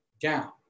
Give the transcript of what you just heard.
down